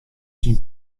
syn